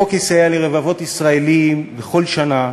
החוק יסייע לרבבות ישראלים בכל שנה.